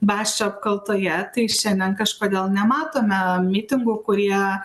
basčio apkaltoje tai šiandien kažkodėl nematome mitingų kurie